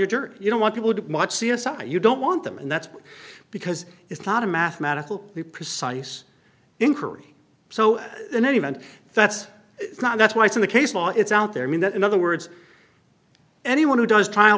your you don't want people to watch c s i you don't want them and that's because it's not a mathematical the precise inquiry so in any event that's not that's why it's in the case law it's out there i mean that in other words anyone who does t